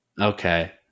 okay